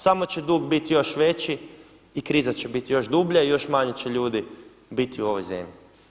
Samo će dug biti još veći i kriza će bit još dublja i još manje će ljudi biti u ovoj zemlji.